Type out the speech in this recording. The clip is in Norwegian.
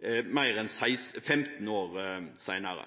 før mer enn 15 år